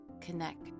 connect